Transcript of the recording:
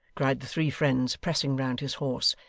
cried the three friends, pressing round his horse.